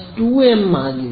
n 2m ಆಗಿದೆ